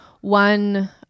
one